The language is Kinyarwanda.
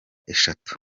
eshatu